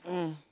mm